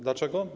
Dlaczego?